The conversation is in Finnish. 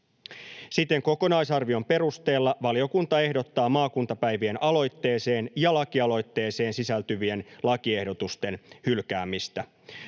Siten kokonaisarvion perusteella valiokunta ehdottaa maakuntapäivien aloitteeseen ja lakialoitteeseen sisältyvien lakiehdotusten hylkäämistä.